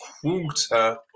quarter